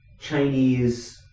Chinese